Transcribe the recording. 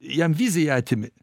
jam viziją atimi